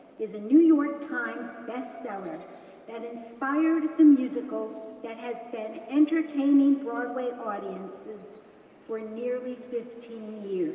is a new york times best seller that inspired the musical that has been entertaining broadway audiences for nearly fifteen